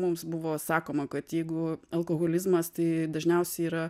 mums buvo sakoma kad jeigu alkoholizmas tai dažniausiai yra